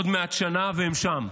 עוד מעט שנה, והם שם.